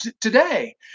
today